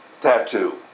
tattoo